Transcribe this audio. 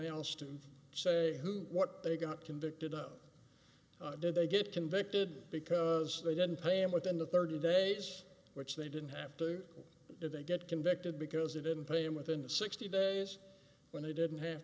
else to say who what they got convicted of did they get convicted because they didn't pay him within the thirty days which they didn't have to do they get convicted because they didn't pay him within sixty days when he didn't have